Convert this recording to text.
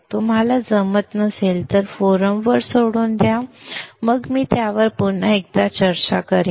तुम्हाला जमत नसेल तर फोरमवर सोडून द्या मग मी त्यावर पुन्हा एकदा चर्चा करेन